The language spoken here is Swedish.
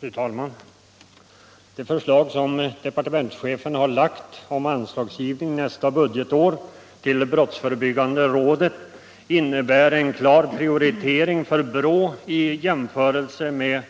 Fru talman! Det förslag som departementschefen lagt om anslagsgivning nästa budgetår till brottsförebyggande rådet innebär en klar prioritering för BRÅ i jämförelse med